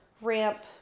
ramp